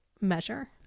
measure